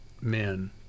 men